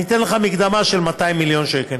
אני אתן לך מקדמה של 200 מיליון שקל